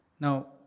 Now